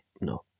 No